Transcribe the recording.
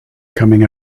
coming